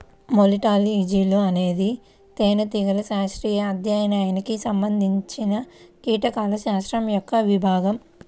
మెలిటాలజీఅనేది తేనెటీగల శాస్త్రీయ అధ్యయనానికి సంబంధించినకీటకాల శాస్త్రం యొక్క విభాగం